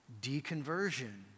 deconversion